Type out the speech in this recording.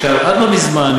עד לא מזמן,